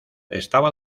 estaba